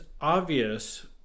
obvious